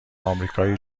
آمریکای